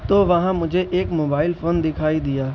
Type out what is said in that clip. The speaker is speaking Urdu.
تو وہاں مجھے ایک موبائل فون دکھائی دیا